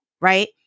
right